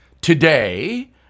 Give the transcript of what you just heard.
Today